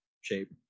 shape